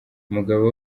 umugabo